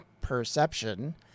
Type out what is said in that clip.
perception